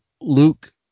Luke